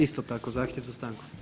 Isto tako zahtjev za stankom?